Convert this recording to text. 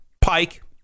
Pike